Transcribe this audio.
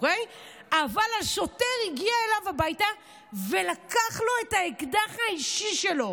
אבל השוטר הגיע אליו הביתה ולקח לו את האקדח האישי שלו.